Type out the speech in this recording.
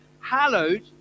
hallowed